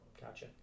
Gotcha